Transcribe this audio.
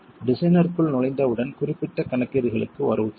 டிசைன்னிற்குள் நுழைந்தவுடன் குறிப்பிட்ட கணக்கீடுகளுக்கு வருவோம்